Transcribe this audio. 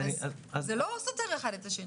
זה לא סותר זה את זה.